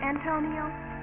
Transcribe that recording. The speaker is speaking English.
Antonio